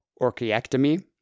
orchiectomy